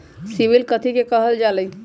CIBIL कथि के काहल जा लई?